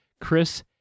Chris